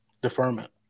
deferment